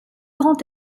grand